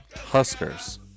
Huskers